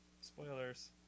spoilers